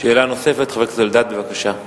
שאלה נוספת, חבר הכנסת אלדד, בבקשה.